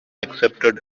accepts